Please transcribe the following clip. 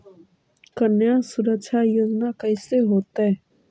कन्या सुरक्षा योजना कैसे होतै?